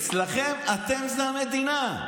אצלכם אתם זה המדינה,